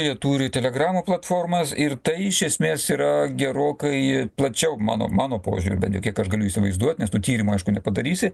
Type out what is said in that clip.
jie turi telegramo platformas ir tai iš esmės yra gerokai plačiau mano mano požiūriu bent jau kiek aš galiu įsivaizduot nes tų tyrimo aišku nepadarysi